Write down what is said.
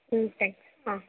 ம் தேங்க்யூ ஆ